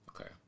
Okay